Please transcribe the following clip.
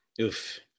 Oof